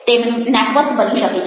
તેમનું નેટવર્ક બની શકે છે